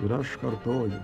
ir aš kartoju